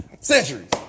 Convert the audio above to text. centuries